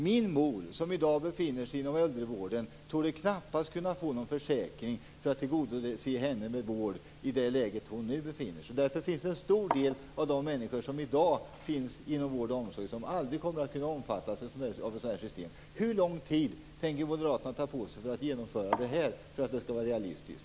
Min mor, som i dag finns inom äldrevården, torde knappast i sin nuvarande situation kunna få någon försäkring som är sådan att hennes behov av vård tillgodoses. En hel del av de människor som i dag finns inom vård och omsorg kommer aldrig att kunna omfattas av nämnda system. Hur lång tid tänker moderaterna, för att det hela skall vara realistiskt, ta på sig för att genomföra det här?